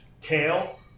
kale